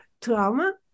trauma